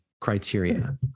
criteria